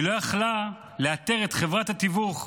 שהיא לא יכלה לאתר את חברת התיווך,